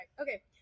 okay